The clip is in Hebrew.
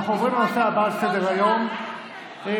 אנחנו עוברים לנושא הבא על סדר-היום: הצעת